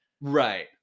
Right